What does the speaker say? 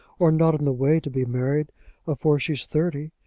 or not in the way to be married afore she's thirty.